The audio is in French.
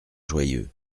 joyeux